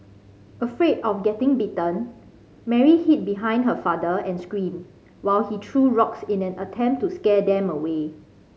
afraid of getting bitten Mary hid behind her father and screamed while he threw rocks in an attempt to scare them away